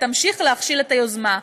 תמשיך להכשיל את היוזמה.